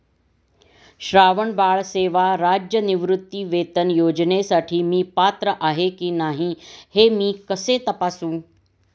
श्रावणबाळ सेवा राज्य निवृत्तीवेतन योजनेसाठी मी पात्र आहे की नाही हे मी कसे तपासू?